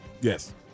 Yes